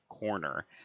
Corner